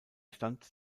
stand